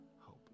hope